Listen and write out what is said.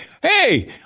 hey